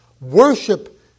Worship